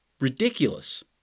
ridiculous